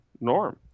norm